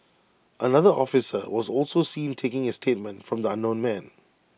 another officer was also seen taking A statement from the unknown man